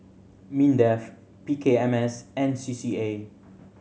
MINDEF P K M S and C C A